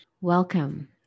Welcome